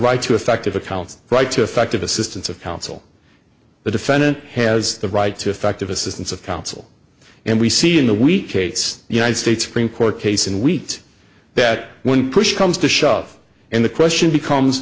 right to effective account right to effective assistance of counsel the defendant has the right to effective assistance of counsel and we see in the weak case united states supreme court case and wheat that when push comes to shove and the question becomes